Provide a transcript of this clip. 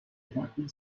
kathy